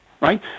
right